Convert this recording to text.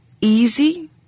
easy